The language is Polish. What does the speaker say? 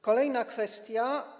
Kolejna kwestia.